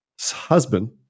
husband